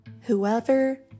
Whoever